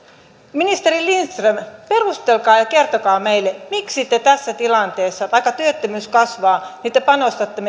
ministeri lindström perustelkaa ja kertokaa meille miksi te tässä tilanteessa vaikka työttömyys kasvaa panostatte